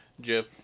Jeff